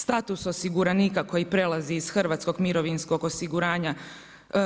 Status osiguranika koji prelazi iz hrvatskog mirovinskog osiguranja